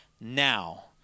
now